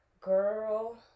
girl